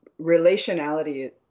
relationality